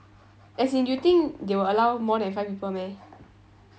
as in you think they will allow more than five people meh